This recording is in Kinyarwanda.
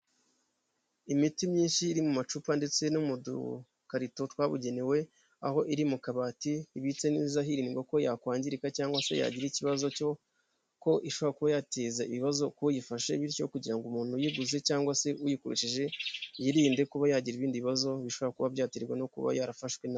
Imiti myinshi iri mu macupa ndetse no mudukarito twabugenewe aho iri mu kabati ibitse neza hirindwa ko yakwangirika cyangwa se yagira ikibazo cyo ko ishobora kuyateza ibibazo k'uyifashe bityo kugira ngo umuntu uyiguze cyangwa se uyikoresheshije yirinde kuba yagira ibindi bibazo bishobora kuba byaterwa no kuba yarafashwe nabi.